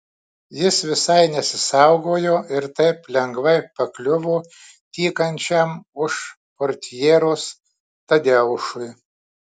jis visai nesisaugojo ir taip lengvai pakliuvo tykančiam už portjeros tadeušui